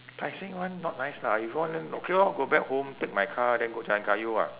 tai seng one not nice lah if you want then okay lor go back home take my car then go jalan kayu ah